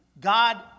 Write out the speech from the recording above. God